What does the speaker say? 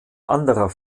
anderer